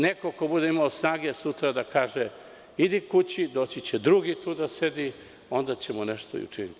Neko ko bude imao sutra snage da kaže – idi kući doći će drugi tu da sedi, onda ćemo nešto i učiniti.